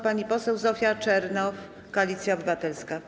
Pani poseł Zofia Czernow, Koalicja Obywatelska.